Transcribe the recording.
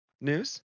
news